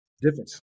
difference